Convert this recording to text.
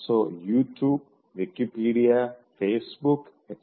so YouTube Wikipedia Facebook etc